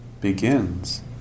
begins